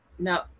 No